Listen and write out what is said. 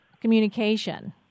communication